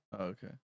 okay